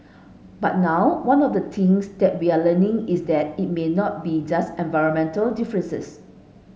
but now one of the things that we are learning is that it may not be just environmental differences